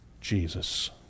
Jesus